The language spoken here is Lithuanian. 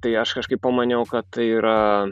tai aš kažkaip pamaniau kad tai yra